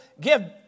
give